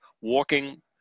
Walking